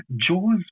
Jaws